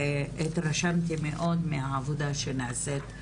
והתרשמתי מאוד מהעבודה שנעשית.